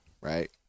right